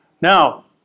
Now